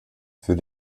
für